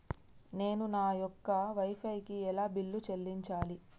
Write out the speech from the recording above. నేను నా యొక్క వై ఫై కి ఎలా బిల్లు చెల్లించాలి?